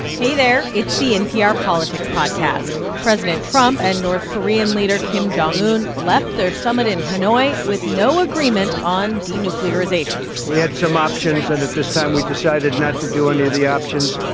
hey, there. it's the npr politics podcast. president trump and north korean leader kim jong un left their summit in hanoi with no agreement on denuclearization we had some options, and at this time, we decided not to do any of the options.